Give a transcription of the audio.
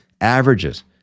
averages